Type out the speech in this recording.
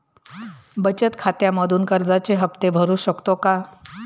बचत खात्यामधून कर्जाचे हफ्ते भरू शकतो का?